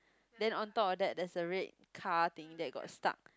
then on top of that there's a red car thing that got stuck